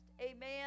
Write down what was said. Amen